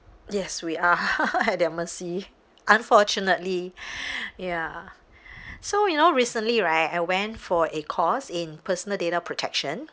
yes we are at their mercy unfortunately ya so you know recently right I went for a course in personal data protection